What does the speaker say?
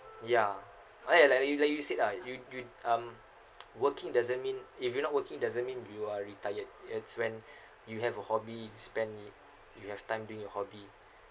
ya ah like you like you said lah you you um working doesn't mean if you're not working doesn't mean you are retired it's when you have a hobby spend it you have time doing your hobby